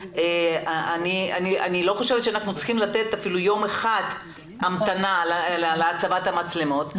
אני לא חושבת שאנחנו צריכים לתת אפילו יום אחד המתנה להצבת המצלמות,